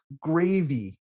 gravy